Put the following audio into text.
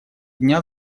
дня